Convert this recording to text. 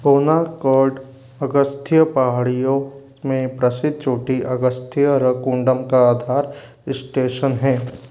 बोनाकॉड अगस्थ्य पहाड़ियों में प्रसिद्ध चोटी अगस्थ्यरकुंडम का आधार स्टेशन है